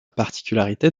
particularité